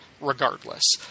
regardless